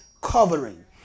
covering